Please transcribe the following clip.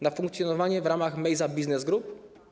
Na funkcjonowanie w ramach Mejza Business Group?